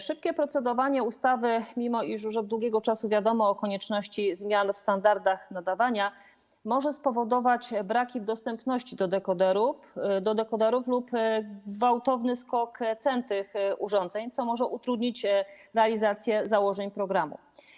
Szybkie procedowanie nad ustawą, mimo iż już od długiego czasu wiadomo o konieczności wprowadzenia zmian w standardach nadawania, może spowodować braki w dostępności do dekoderów lub gwałtowny skok cen tych urządzeń, co może utrudnić realizację założeń programu.